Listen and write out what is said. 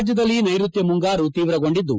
ರಾಜ್ಯದಲ್ಲಿ ನೈಋತ್ಯ ಮುಂಗಾರು ಕೀವ್ರಗೊಂಡಿದ್ದು